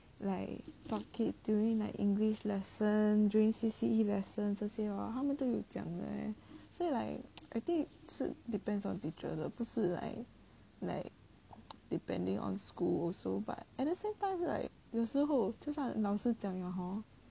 like talk it during like english lesson during C_C_E lesson 这些 hor 他们都有讲的 leh 所以 like I think 是 depends on teacher 的不是 like like depending on school also but at the same time like 有时候就算老师讲了 hor